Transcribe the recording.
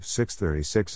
636